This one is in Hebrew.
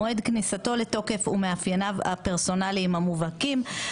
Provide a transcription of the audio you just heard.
מועד כניסתו לתוקף ומאפייניו הפרסונליים המובהקים.